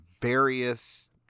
various